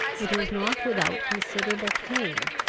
it was not without considerable pain,